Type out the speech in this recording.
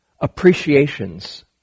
appreciations